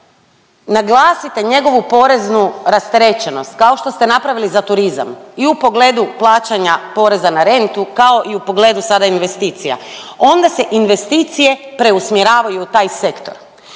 naglasite njegovu poreznu rasterećenost kao što ste napravili za turizam i u pogledu plaćanja poreza na rentu kao i u pogledu sada investicija, onda se investicije preusmjeravaju u taj sektor.